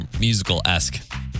musical-esque